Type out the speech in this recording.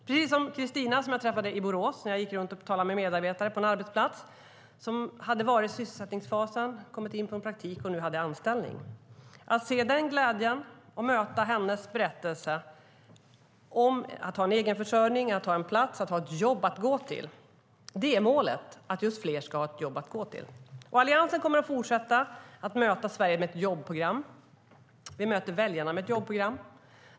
Jag träffade Kristina i Borås när jag var där och gick runt och talade med olika medarbetare på en arbetsplats. Hon hade varit i sysselsättningsfasen och kommit in på en praktik, och nu hade hon anställning. Att se den glädjen och ta del av hennes berättelse om att ha en egen försörjning, att ha en arbetsplats och att ha ett jobb att gå till, det är målet, att fler ska ha ett jobb att gå till. Alliansen kommer att fortsätta att möta Sverige och väljarna med ett jobbprogram.